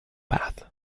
bath